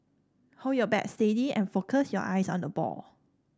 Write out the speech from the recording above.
hold your bat steady and focus your eyes on the ball